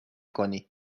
کنی